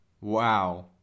Wow